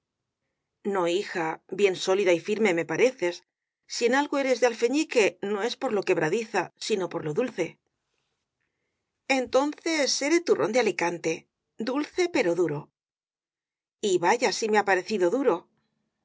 o hija bien sólida y firme me pareces si en algo eres de alfeñique no es por lo quebradiza sino por lo dulce entonces seré turrón de alicante dulce pero duro y vaya si me ha parecido duro